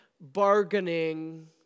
bargaining